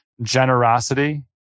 generosity